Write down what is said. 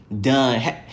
done